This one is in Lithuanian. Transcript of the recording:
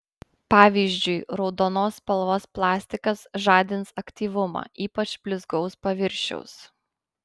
pavyzdžiui raudonos spalvos plastikas žadins aktyvumą ypač blizgaus paviršiaus